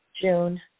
June